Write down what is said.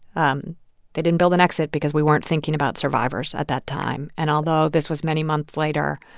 um they didn't build an exit because we weren't thinking about survivors at that time. and although this was many months later,